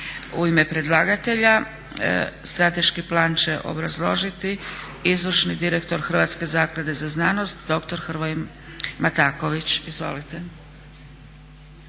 U ime predlagatelja Strateški plan će obrazložiti izvršni direktor Hrvatske zaklade za znanost doktor Hrvoje Mataković. Izvolite.